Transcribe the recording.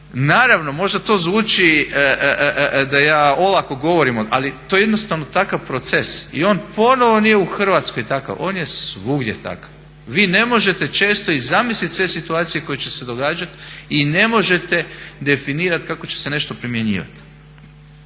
Naravno, možda to zvuči da olako govorim ali to je jednostavno takav proces i on ponovno nije u Hrvatskoj takav, on je svugdje takav. Vi ne može često i zamisliti sve situacije koje će se događati i ne možete definirati kako će se nešto primjenjivati.